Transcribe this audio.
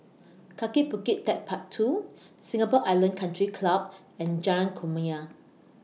Kaki Bukit Techpark two Singapore Island Country Club and Jalan Kumia